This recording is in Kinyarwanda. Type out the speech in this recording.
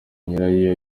nyirayo